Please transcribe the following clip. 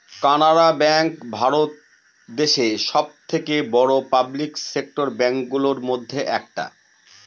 Canara bank ভারত দেশে সব থেকে বড়ো পাবলিক সেক্টর ব্যাঙ্ক গুলোর মধ্যে একটা